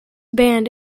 band